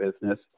business